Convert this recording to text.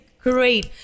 great